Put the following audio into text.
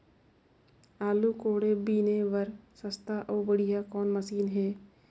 आलू कोड़े बीने बर सस्ता अउ बढ़िया कौन मशीन हे?